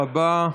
תודה רבה.